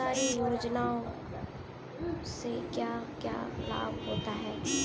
सरकारी योजनाओं से क्या क्या लाभ होता है?